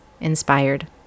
inspired